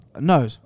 no